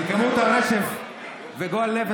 את הכסף, באמת,